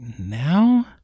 now